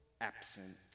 absent